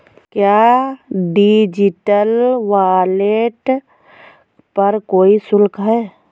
क्या digital wallet पर कोई शुल्क है?